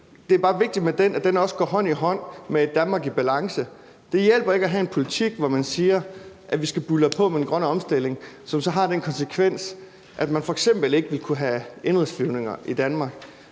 er det bare vigtigt, at den også går hånd i hånd med et Danmark i balance. Det hjælper ikke at have en politik, hvor man siger, at vi skal buldre på med den grønne omstilling, som så har den konsekvens, at man f.eks. ikke vil kunne have indenrigsflyvninger i Danmark.